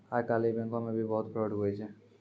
आइ काल्हि बैंको मे भी बहुत फरौड हुवै छै